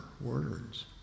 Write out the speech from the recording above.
words